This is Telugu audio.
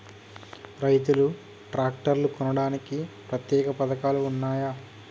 రైతులు ట్రాక్టర్లు కొనడానికి ప్రత్యేక పథకాలు ఉన్నయా?